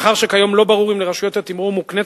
מאחר שכיום לא ברור אם לרשויות התימרור מוקנית